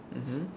mmhmm